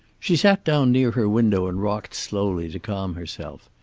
she sat down near her window and rocked slowly, to calm herself.